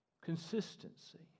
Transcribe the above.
consistency